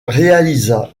réalisa